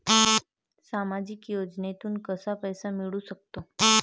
सामाजिक योजनेतून कसा पैसा मिळू सकतो?